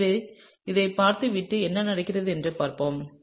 எனவே இதைப் பார்த்துவிட்டு என்ன நடக்கிறது என்று பார்ப்போம்